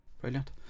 Brilliant